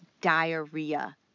diarrhea